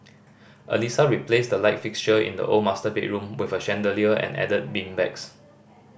Alissa replaced the light fixture in the old master bedroom with a chandelier and added beanbags